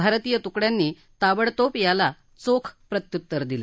भारतीय तुकड्यांनी ताबडतोब याला चोख प्रत्युत्तर दिलं